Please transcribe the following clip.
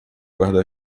guarda